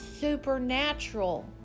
supernatural